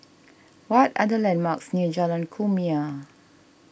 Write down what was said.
what are the landmarks near Jalan Kumia